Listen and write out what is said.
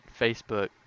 Facebook